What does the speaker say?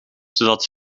zodat